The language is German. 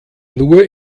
nur